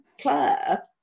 Claire